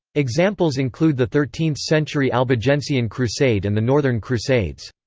examples include the thirteenth century albigensian crusade and the northern crusades.